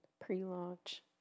Pre-launch